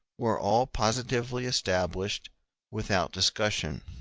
were all positively established without discussion.